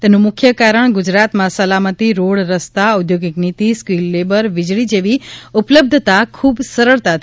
તેનું મુખ્ય કારણ ગુજરાતમાં સલામતી રોડ રસ્તા ઔદ્યોગિક નીતિ સ્કીલ્ડ લેબર વીજળી જેવી ઉપલબ્ધતા ખૂબ સરળતાથી મળી રહે છે